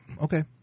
okay